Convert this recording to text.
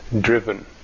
driven